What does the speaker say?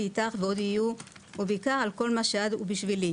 איתך ועוד יהיו ובעיקר על כל מה שאת בשבילי.